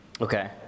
okay